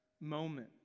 moment